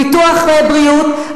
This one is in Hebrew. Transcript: ביטוח בריאות,